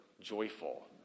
joyful